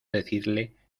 decirle